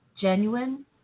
genuine